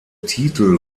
titel